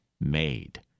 made